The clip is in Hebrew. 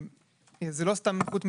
זוהי לא סתם נכות,